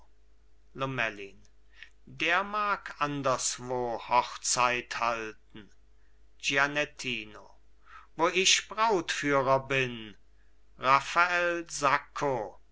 lomellin der mag anderswo hochzeit halten gianettino wo ich brautführer bin raphael sacco